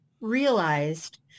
realized